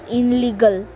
illegal